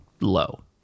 low